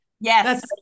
Yes